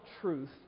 truth